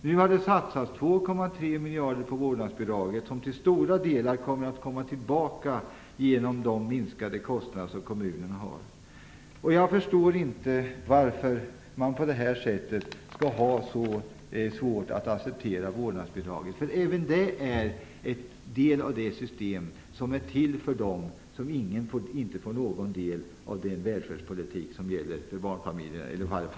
Nu har det satsats 2,3 miljarder på vårdnadsbidraget - pengar som till stora delar kommer tillbaka genom de kostnadsminskningar som kommunerna får. Jag förstår inte varför man skall ha så svårt att acceptera vårdnadsbidraget. Även detta är en del av det system som är till för dem som inte får någon eller i varje fall bara en begränsad del av den välfärdspolitik som gäller för barnfamiljerna.